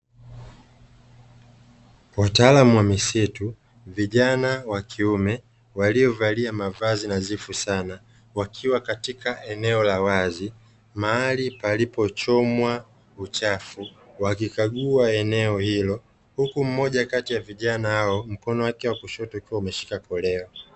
Wataalamu wa misitu vijana wa kiume waliovalia mavazi nadhifu sana wakiwa katika eneo la wazi. Mahali palipochomwa uchafu wakikagua eneo hilo huku mmoja kati ya vijana hao mkono wake wa kushoto ukiwa umeshika koleo.